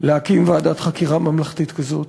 להקים ועדת חקירה ממלכתית כזאת.